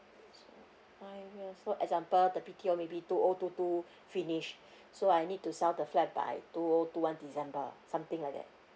five years so example the B_T_O maybe two O two two finish so I need to sell the flat by two O two one december something like that